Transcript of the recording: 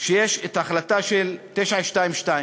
החלטה 922,